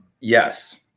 Yes